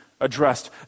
addressed